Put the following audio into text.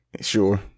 Sure